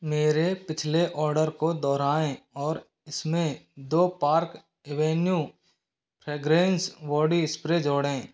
मेरे पिछले ऑर्डर को दोहराएँ और इसमें दो Park Avenue fragrance body spray जोड़ें